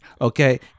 okay